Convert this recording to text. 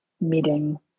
meeting